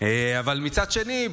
אבל מצד שני,